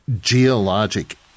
geologic